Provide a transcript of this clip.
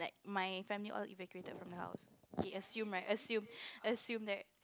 my family all evacuated from the house K assume right assume assume that